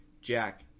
Jack